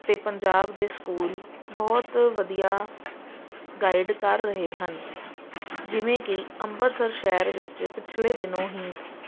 ਅਤੇ ਪੰਜਾਬ ਦੇ ਸਕੂਲ ਬਹੁਤ ਵਧੀਆ ਗਾਈਡ ਕਰ ਰਹੇ ਹਨ ਜਿਵੇਂ ਕਿ ਅੰਮ੍ਰਿਤਸਰ ਸ਼ਹਿਰ ਵਿੱਚ ਪਿਛਲੇ ਦਿਨੋਂ ਹੀ